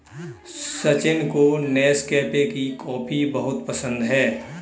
सचिन को नेस्कैफे की कॉफी बहुत पसंद है